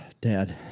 Dad